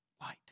Light